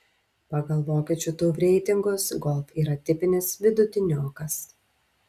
pagal vokiečių tuv reitingus golf yra tipinis vidutiniokas